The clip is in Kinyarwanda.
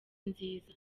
nziza